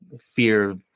fear